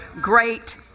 great